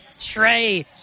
Trey